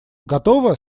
готово